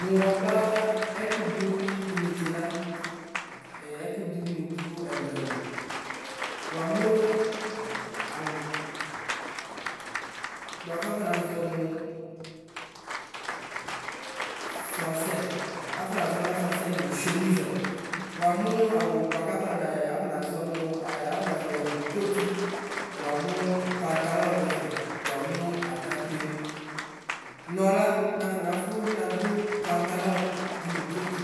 Mʋ waba ɛkʋdʋ ayɩnetse la Ɛɛ ɛkʋdʋ nɩdʋ ɛlʋ ɛlʋ wamʋ awʋ bʋkafɔ naʒɔ nʋ fransɛ afɔ naʒɔ na fransɛ nʋ shemiʒ wa awʋ afɔna e afɔ naʒɔ nʋ afɔ naʒɔ awʋɛ nʋ kotʋ wanʋ patalɔ dʋ ɛfɛ wamʋ atakpe nɔla nafɔ nafʋ ninadʋ patalɔ dʋnʋ kɔtʋ